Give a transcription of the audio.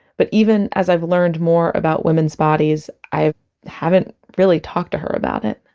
but even as i've learned more about women's bodies, i haven't really talked to her about it